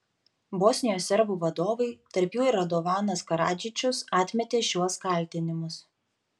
bosnijos serbų vadovai tarp jų ir radovanas karadžičius atmetė šiuos kaltinimus